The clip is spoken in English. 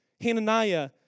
Hananiah